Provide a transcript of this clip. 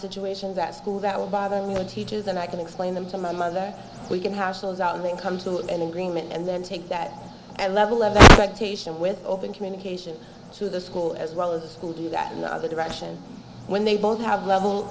situations at school that will bother me or teachers and i can explain them to my mother we can house those out and then come to an agreement and then take that and level of like teacher with open communication to the school as well as the school do that and the other direction when they don't have level